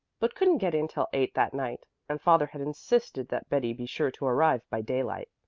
but couldn't get in till eight that night and father had insisted that betty be sure to arrive by daylight.